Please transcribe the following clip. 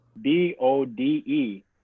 b-o-d-e